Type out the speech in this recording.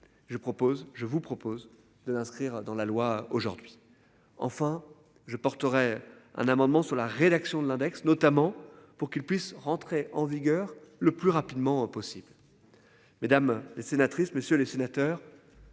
je vous propose de l'inscrire dans la loi aujourd'hui enfin je porterai un amendement sur la rédaction de l'index, notamment pour qu'ils puissent rentrer en vigueur le plus rapidement possible. Mesdames et sénatrices, messieurs les sénateurs.